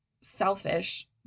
selfish